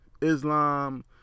Islam